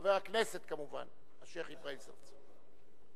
חבר הכנסת, כמובן, השיח' אברהים צרצור.